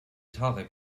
tarek